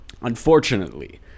Unfortunately